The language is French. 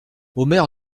omer